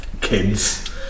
kids